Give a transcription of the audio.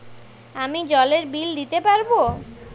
আমি জলের বিল দিতে পারবো?